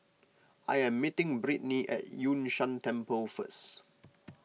I am meeting Brittnie at Yun Shan Temple first